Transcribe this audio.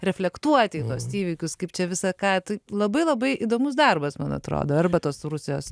reflektuoti į tuos įvykius kaip čia visa ką tai labai labai įdomus darbas man atrodo arba tos rusijos